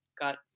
got